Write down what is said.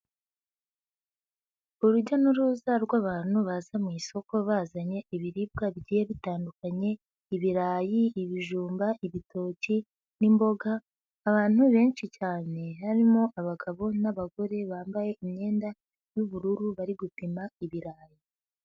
Urujya n'uruza rw'abantu baza mu isoko bazanye ibiribwa bigiye bitandukanyekanya ibirayi, ibijumba, ibitoki, n'imboga. Abantu benshi cyane harimo abagabo n'abagore bambaye imyenda y'ubururu bari gupima ibirayi.